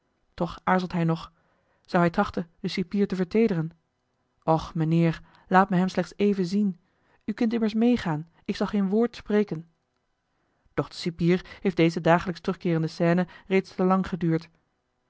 toch aarzelt hij nog zou hij trachten den cipier te verteederen och mijnheer laat me hem slechts even zien u kunt immers meegaan ik zal geen woord spreken doch den cipier heeft deze dagelijks terugkeerende scène reeds te lang geduurd